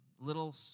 little